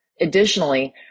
Additionally